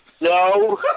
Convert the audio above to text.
No